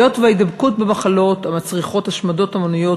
היות שהידבקות במחלות המצריכות השמדות המוניות,